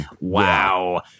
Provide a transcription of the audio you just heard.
Wow